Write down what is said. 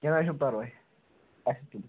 کیٚنٛہہ نہٕ حظ چھُ پرواے